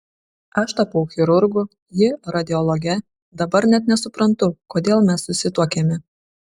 aš tapau chirurgu ji radiologe dabar net nesuprantu kodėl mes susituokėme